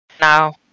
now